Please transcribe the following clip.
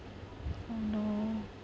oh no